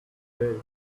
day